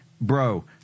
bro